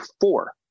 four